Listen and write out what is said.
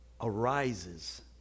arises